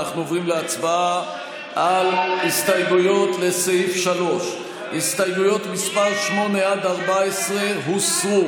אנחנו עוברים להצבעה על הסתייגויות לסעיף 3. הסתייגויות 8 14 הוסרו.